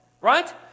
right